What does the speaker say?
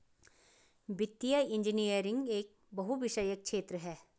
वित्तीय इंजीनियरिंग एक बहुविषयक क्षेत्र है